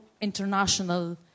international